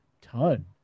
ton